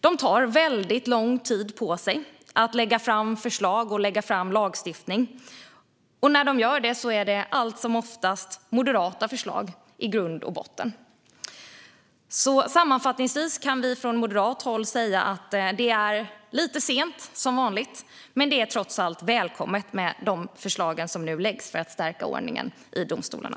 De tar väldigt lång tid på sig att lägga fram förslag om lagstiftning, och när de gör det är det allt som oftast moderata förslag i grund och botten. Sammanfattningsvis kan vi från moderat håll säga att det som vanligt är lite sent, men att det trots allt är välkommet med de förslag som nu läggs fram för att stärka ordningen i domstolarna.